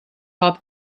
hop